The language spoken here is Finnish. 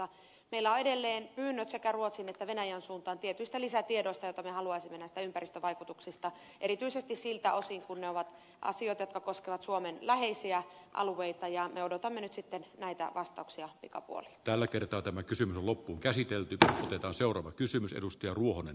meillä on edelleen pyynnöt sekä ruotsin että venäjän suuntaan tietyistä lisätiedoista joita me haluaisimme näistä ympäristövaikutuksista erityisesti siltä osin kuin ne ovat asioita jotka koskevat suomen läheisiä alueita ja me odotamme nyt sitten näitä vastauksia pikapuoliin tällä kertaa tämä kysymys on loppuunkäsitelty tähytä seuraava kysymys edustajahuoneen